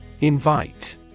Invite